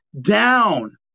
down